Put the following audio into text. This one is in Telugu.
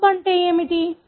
ప్రోబ్ అంటే ఏమిటి